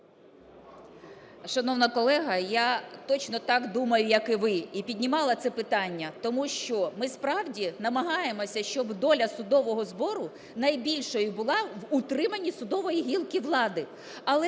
Шановна колега, я точно так думаю, як ви, і піднімала це питання, тому що ми справді намагаємося, щоб доля судового збору найбільшою була в утриманні судової гілки влади. Але